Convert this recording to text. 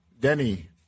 Denny